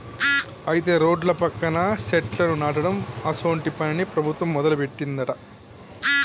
అయితే రోడ్ల పక్కన సెట్లను నాటడం అసోంటి పనిని ప్రభుత్వం మొదలుపెట్టిందట